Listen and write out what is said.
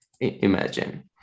imagine